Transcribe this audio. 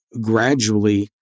gradually